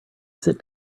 sit